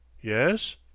Yes